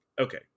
Okay